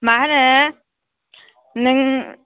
मा होनो नों